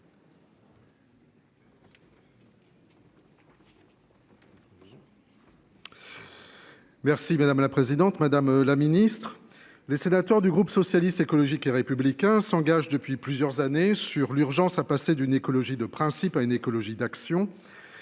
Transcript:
Merci madame la présidente, madame la ministre. Les sénateurs du groupe socialiste, écologique et républicain s'engage depuis plusieurs années sur l'urgence à passer d'une écologie de principe à une écologie d'action.